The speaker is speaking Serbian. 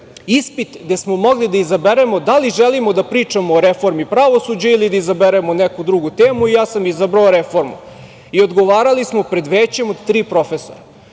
ispit gde smo mogli da izaberemo da li želimo da pričamo o reformi pravosuđa ili da izaberemo neku drugu temu i ja sam izabrao reformu. Odgovarali smo pred većem od tri profesora.